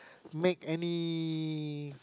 make any